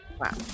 Wow